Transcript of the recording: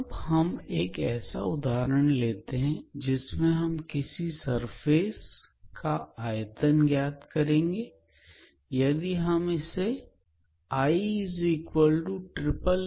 अब हम एक ऐसा उदाहरण लेते हैं जिसमें हम किसी सरफेस का आयतन ज्ञात करेंगे यदि हम इसे I लिखें